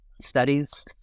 studies